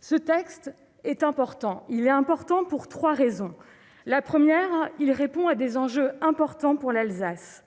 Ce texte est important pour trois raisons : premièrement, il répond à des enjeux importants pour l'Alsace ;